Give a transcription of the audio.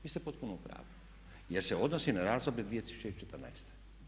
Vi ste potpuno u pravu, jer se odnosi na razdoblje 2014.